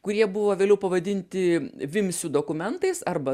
kurie buvo vėliau pavadinti vimsių dokumentais arba